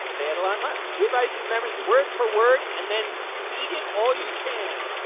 they had a lot of time. we advise you to memorize word for word and then beat it all you can.